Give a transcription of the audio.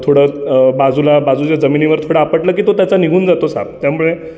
थोडं बाजूला बाजूच्या जमिनीवर थोडा आपटलं की तो त्याचा निघून जातो साप त्यामुळे